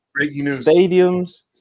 Stadiums